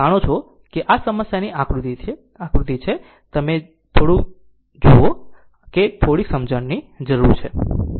તેથી આ તે છે જે તમે જાણો છો કે આ સમસ્યાની આકૃતિ છે થોડુંક તમે કરો છો અને ફક્ત તે જ જુઓ કે થોડીક સમજણની જરૂરી છે